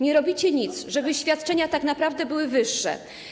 Nie robicie nic, żeby świadczenia tak naprawdę były wyższe.